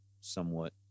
somewhat